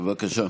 בבקשה.